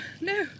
no